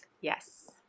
Yes